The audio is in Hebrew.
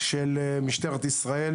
של משטרת ישראל,